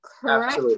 correct